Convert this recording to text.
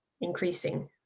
increasing